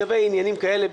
לגבי עניינים כאלה,